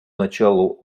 началу